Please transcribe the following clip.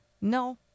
No